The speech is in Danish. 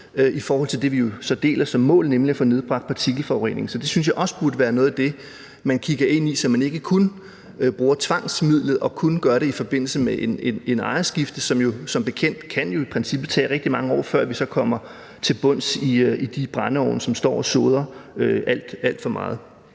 i forhold til det, som vi jo så deler som mål, nemlig at få nedbragt partikelforureningen. Så det synes jeg også burde være noget af det, som man kigger ind i, så man ikke kun bruger tvangsmidlet og kun gør det i forbindelse med et ejerskifte, hvor det jo som bekendt i princippet kan tage rigtig mange år, før vi så kommer til bunds med hensyn til de brændeovne, som står og soder alt, alt for meget.